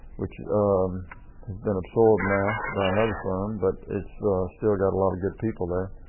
which has been absorbed now by another firm but it's still got a lot of good people there.